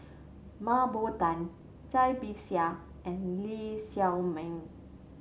Mah Bow Tan Cai Bixia and Lee Shao Meng